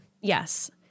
Yes